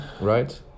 right